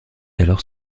alors